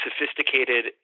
sophisticated